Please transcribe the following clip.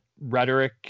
rhetoric